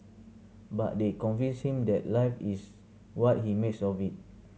but they convinced him that life is what he makes of it